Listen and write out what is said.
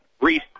Reese